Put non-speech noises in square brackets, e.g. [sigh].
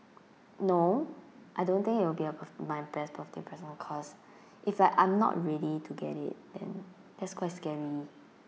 no I don't think it will be a per~ my best birthday present cause [breath] it's like I'm not ready to get it then that's quite scary